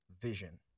vision